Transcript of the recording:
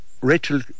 Rachel